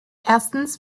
erstens